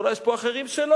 אולי יש פה אחרים שלא,